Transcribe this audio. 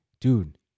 dude